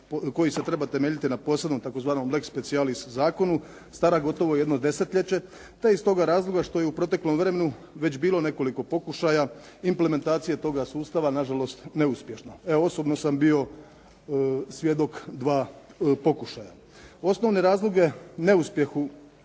koji bi se trebao temeljiti na posebnom tzv. leg specijalis zakonu stara gotovo jedno desetljeće, te iz toga razloga što je u proteklom vremenu već bilo nekoliko pokušaja implementacije toga sustava nažalost neuspješno. Evo osobno sam bio svjedok dva pokušaja. Osnovne razloge u neuspjehu